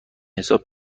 حساب